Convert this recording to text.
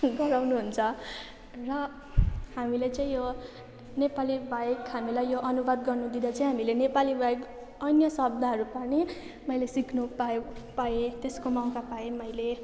गराउनुहुन्छ र हामीलाई चाहिँ यो नेपालीबाहेक हामीलाई यो अनुवाद गर्नु दिँदा चाहिँ हामीले नेपालीबाहेक अन्य शब्दहरू पनि मैले सिक्नु पायौँ पाएँ त्यसको मौका पाएँ मैले